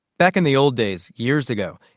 back in the old days, years ago,